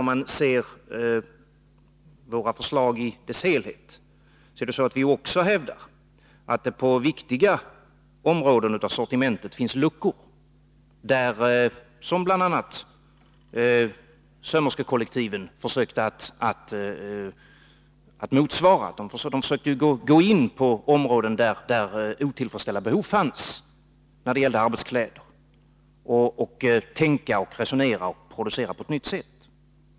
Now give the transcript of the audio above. Om man ser på våra förslag i dess helhet finner man till att börja med att också vi hävdar att det på viktiga områden av sortimentet finns luckor. Sömmerskekollektivet försökte ju täppa till de luckorna genom att gå in på områden, t.ex. när det gällde arbetskläder, där otillfredsställda behov fanns, och tänka, resonera och producera på ett nytt sätt.